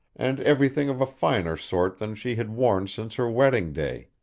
and everything of a finer sort than she had worn since her wedding day.